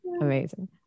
Amazing